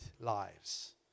lives